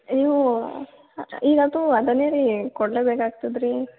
ನೀವೂ ಈಗ ಅದು ಅದನ್ನೇ ರೀ ಕೊಡಲೇ ಬೇಕಾಗ್ತದೆ ರೀ